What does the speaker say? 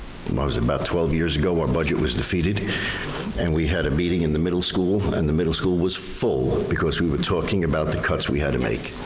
what was it, about twelve years ago, our budget was defeated and we had a meeting in the middle school and the middle school was full because we were talking about the cuts we had to make.